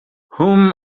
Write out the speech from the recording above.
whom